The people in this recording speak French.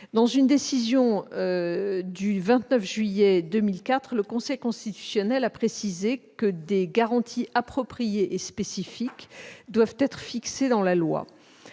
Dans sa décision du 29 juillet 2004, le Conseil constitutionnel a précisé que les garanties appropriées et spécifiques doivent être fixées dans la loi.